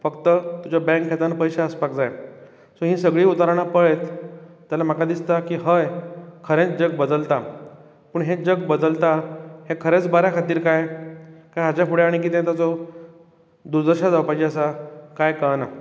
फक्त तुज्या बैंक खात्यांत पयशे आसपाक जाय हीं सगळीं उदाहरणां की जाल्यार म्हाका दिसता की हय खरेंत जग बदलता पूण हें जग बदलता हें खरेंच बऱ्या खातीर काय काय हाज्या फुडें आनी ताजो दुर्दशा जावपाची आसा कांय कळना